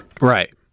Right